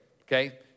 okay